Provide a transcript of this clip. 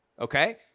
okay